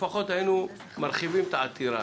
לפחות היינו מרחיבים את העתירה,